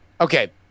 Okay